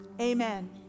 amen